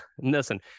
Listen